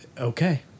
okay